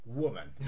woman